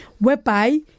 whereby